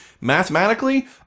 mathematically